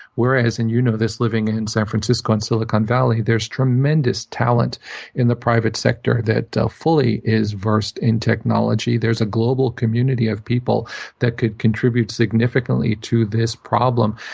whereas, and you know this, living and in san francisco and silicon valley, there's tremendous talent in the private sector that fully is versed in technology. there's a global community of people that could contribute significantly to this problem.